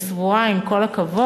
אני סבורה עם כל הכבוד,